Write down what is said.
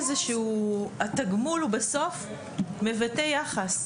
שהתגמול בסוף מבטא יחס.